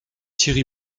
thierry